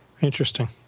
interesting